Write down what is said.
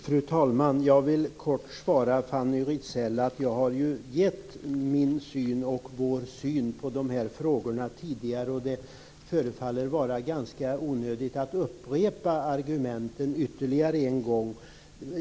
Fru talman! Jag vill kort svara Fanny Rizell att jag har ju givit min syn, och vår syn, på de här frågorna tidigare. Det förefaller ganska onödigt att upprepa argumenten ytterligare en gång.